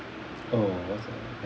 oh